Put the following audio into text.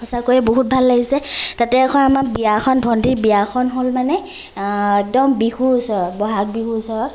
সঁচাকৈয়ে বহুত ভাল লাগিছে তাতে আকৌ আমাৰ বিয়াখন ভণ্টীৰ বিয়াখন হ'ল মানে একদম বিহুৰ ওচৰত ব'হাগ বিহুৰ ওচৰত